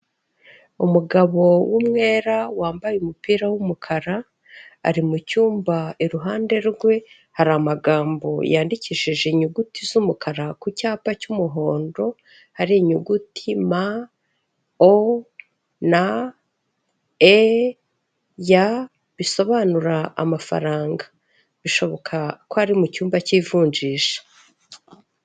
umugabo w'umwera wambaye umupira w'umukara ari mucyumba, iruhande rwe hari amagambo yandikishije inyuguti z'umukara ku cyapa cymuhondo, hari inyuguti M O N E Y bisobanura amafaranga bishoboka ko ari mu cyumba cy'ivunjisha.